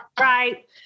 Right